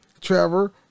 Trevor